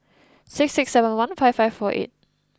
six six seven one five five four eight